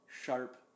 sharp